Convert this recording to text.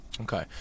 Okay